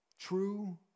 true